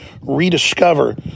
rediscover